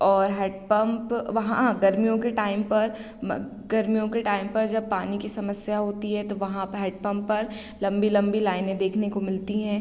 और हैडपंप व हाँ गर्मियों के टाइम पर म गर्मियों के टाइम पर जब पानी की समस्या होती है तो वहाँ पर हैडपंप पर लंबी लंबी लाइनें देखने को मिलती हैं